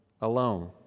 alone